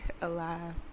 alive